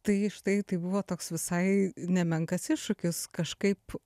tai štai tai buvo toks visai nemenkas iššūkis kažkaip